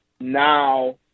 now